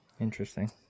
Interesting